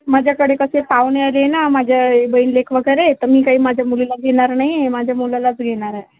माझ्याकडे कसे पाहुणे आले ना माझे बहीण लेक वगैरे तर मी काही माझ्या मुलीला घेणार नाही माझ्या मुलालाच घेणार आहे